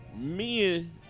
men